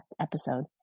episode